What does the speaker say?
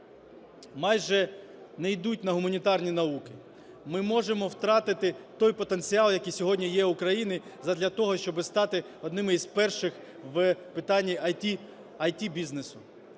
майже не йдуть на гуманітарні науки. Ми можемо втратити той потенціал, який сьогодні є в України задля того, щоби стати одним із перших в питаннях ІТ-бізнесу.